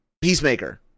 Peacemaker